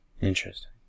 Interesting